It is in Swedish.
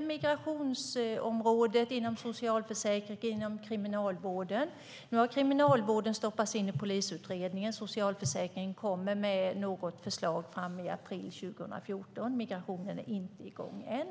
migrations och socialförsäkringsområdena och inom kriminalvården. Nu har kriminalvården stoppats in i polisutredningen. Det kommer något förslag om socialförsäkringen i april 2014. Migrationen är inte i gång än.